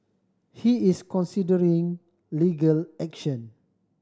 he is considering legal action